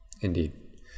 Indeed